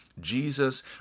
Jesus